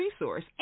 resource